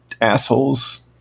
assholes